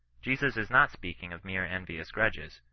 jesus is not speaking of mere en yious grudges,